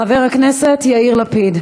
חבר הכנסת יאיר לפיד,